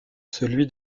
celui